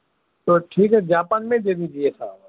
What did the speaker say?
تو ٹھیک ہے جاپان میں دے دیجیے صاحب